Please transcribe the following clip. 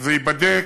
זה ייבדק,